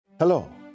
Hello